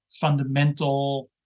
fundamental